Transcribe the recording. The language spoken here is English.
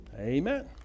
Amen